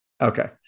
Okay